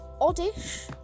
oddish